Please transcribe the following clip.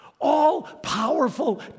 all-powerful